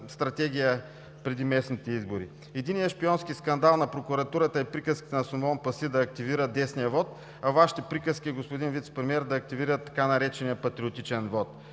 стратегия преди местните избори – единият шпионски скандал на прокуратурата и приказките на Соломон Паси да активира десния вот, а Вашите приказки, господин Вицепремиер, да активират така наречения патриотичен вот?!